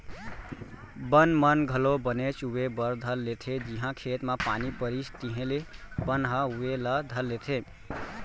बन मन घलौ बनेच उवे बर धर लेथें जिहॉं खेत म पानी परिस तिहॉले बन ह उवे ला धर लेथे